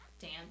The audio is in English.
dance